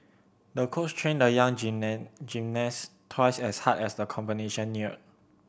the coach trained the young gymnast twice as hard as the combination neared